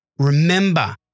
Remember